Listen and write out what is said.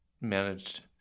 managed